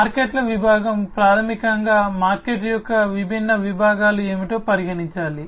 మార్కెట్ల విభాగం ప్రాథమికంగా మార్కెట్ యొక్క విభిన్న విభాగాలు ఏమిటో పరిగణించాలి